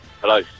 Hello